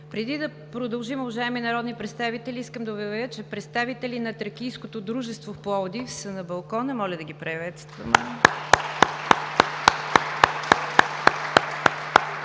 Преди да продължим, уважаеми народни представители, искам да обявя, че представители на Тракийското дружество в Пловдив са на балкона. Моля да ги приветстваме.